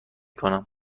کنم